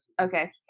Okay